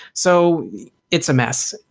so it's a mess.